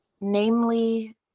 namely